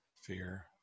Fear